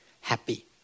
happy